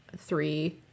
three